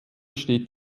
steht